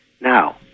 Now